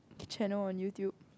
channel on YouTube